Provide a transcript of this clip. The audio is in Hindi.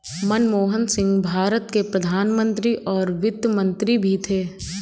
मनमोहन सिंह भारत के प्रधान मंत्री और वित्त मंत्री भी थे